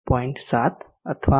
7 અથવા 0